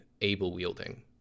able-wielding